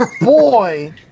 boy